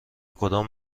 کدام